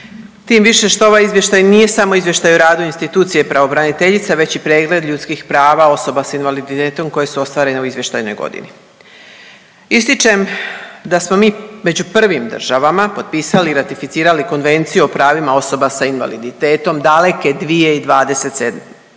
tim više što ovaj izvještaj nije samo izvještaj o radu institucije pravobraniteljice već i pregled ljudskih prava osoba sa invaliditetom koje su ostvarene u izvještajnoj godini. Ističem da smo mi među prvim državama potpisali i ratificirali Konvenciju o pravima osoba sa invaliditetom daleke 2027.,